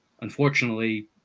unfortunately